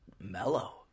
mellow